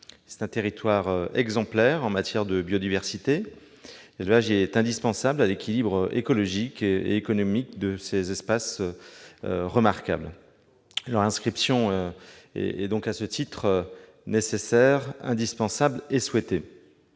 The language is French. C'est un territoire exemplaire en matière de biodiversité et l'élevage est indispensable à l'équilibre écologique et économique de ces espaces remarquables. À ce titre, leur inscription est donc nécessaire, indispensable et souhaitée.